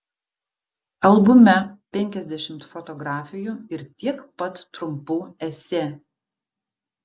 albume penkiasdešimt fotografijų ir tiek pat trumpų esė